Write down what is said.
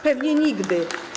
Pewnie nigdy.